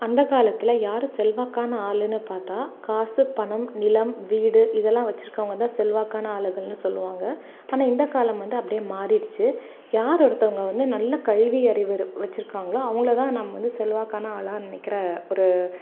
அந்த காலத்தில் யாரு செல்வாக்கான ஆளுன்னு பார்த்தா காசு பணம் நிலம் வீடு இதெல்லாம் வச்சிருக்கவங்க தான் செல்வாக்கான ஆளுகள்னு சொல்லுவாங்க ஆனால் இந்த காலம் வந்து அப்படியே மாறிடுச்சி யார் ஒருத்தவங்க வந்து நல்ல கல்வியறிவு இரு வச்சிருக்காங்களோ அவங்கள தான் நம்ம வந்து செல்வாக்கான ஆளாக நினைக்கிற ஒரு